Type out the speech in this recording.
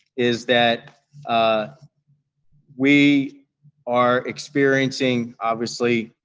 is that we are experiencing obviously,